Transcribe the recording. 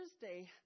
Thursday